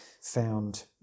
found